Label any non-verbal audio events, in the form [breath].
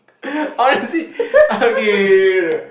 [breath] [laughs] I want to see okay k k k no